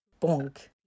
Bonk